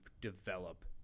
develop